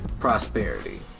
Prosperity